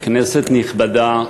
כנסת נכבדה,